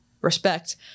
Respect